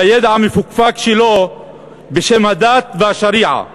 בידע המפוקפק שלו בשם הדת והשריעה